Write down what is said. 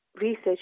research